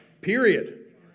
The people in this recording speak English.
Period